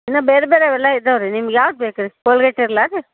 ಇನ್ನೂ ಬೇರೆ ಬೇರೆ ಅವೆಲ್ಲ ಇದಾವೆ ರೀ ನಿಮ್ಗೆ ಯಾವ್ದು ಬೇಕು ರೀ ಕೋಲ್ಗೇಟ್ ಇರಲಾ ರೀ